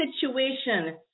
situation